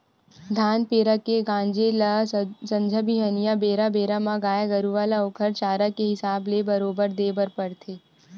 धान पेरा के गांजे ल संझा बिहनियां बेरा बेरा म गाय गरुवा ल ओखर चारा के हिसाब ले बरोबर देय बर परथे